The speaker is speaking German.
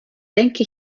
denke